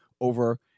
over